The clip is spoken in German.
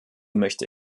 möchte